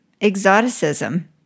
exoticism